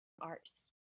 arts